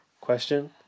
question